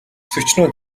төчнөөн